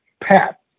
Pat